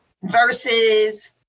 versus